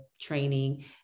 training